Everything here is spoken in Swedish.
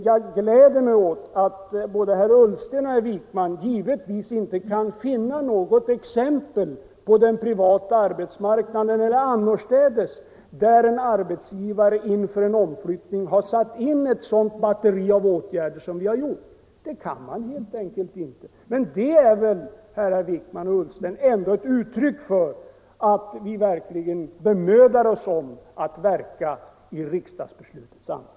Jag gläder mig åt att både herr Ullsten och herr Wijkman givetvis inte kan finna något exempel på den privata arbetsmarknaden eller annorstädes där en arbetsgivare inför en omflyttning satt in ett sådant batteri av åtgärder som vi har gjort. Det kan man helt enkelt inte. Detta är väl, herrar Wijkman och Ullsten, ändå — Nr 77 ett uttryck för att vi verkligen bemödar oss om att verka i riksdags Måndagen den